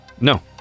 No